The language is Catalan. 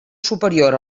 superior